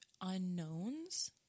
unknowns